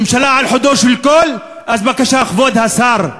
ממשלה על חודו של קול, אז בבקשה, כבוד השר,